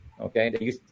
Okay